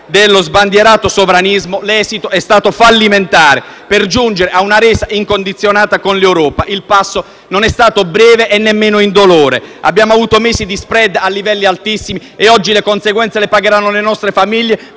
dello sbandierato sovranismo, l'esito è stato fallimentare. Per giungere a una resa incondizionata con l'Europa il passo non è stato breve e nemmeno indolore. Abbiamo avuto mesi di *spread* a livelli altissimi e oggi le conseguenze le pagheranno le nostre famiglie